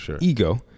ego